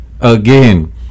Again